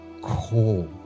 call